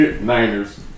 Niners